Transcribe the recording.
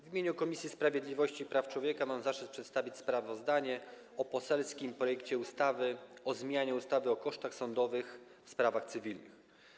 W imieniu Komisji Sprawiedliwości i Praw Człowieka mam zaszczyt przedstawić sprawozdanie o poselskim projekcie ustawy o zmianie ustawy o kosztach sądowych w sprawach cywilnych.